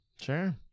Sure